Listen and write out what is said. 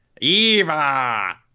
Eva